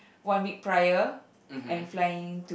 one week prior and flying